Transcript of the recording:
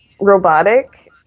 robotic